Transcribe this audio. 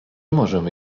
możemy